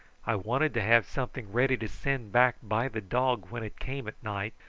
i wanted to have something ready to send back by the dog when it came at night,